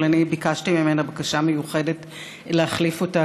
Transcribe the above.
אבל אני ביקשתי ממנה בקשה מיוחדת להחליף אותה,